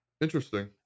interesting